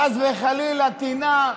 חס וחלילה, טינה,